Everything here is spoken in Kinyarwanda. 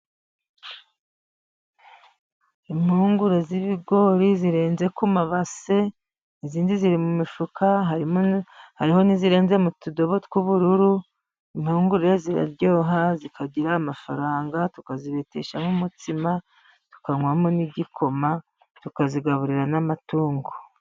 Impungure z'ibigori zirenze ku mabase, izindi ziri mu mifuka, harimo hari n'izirenze mu tudobo tw'ubururu, impungure ziraryoha, zikagira amafaranga, tukazibeteshamo umutsima tukanywamo n'igikoma, tukazigaburira n'amatungo.